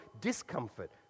discomfort